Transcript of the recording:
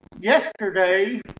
yesterday